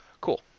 Cool